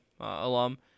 alum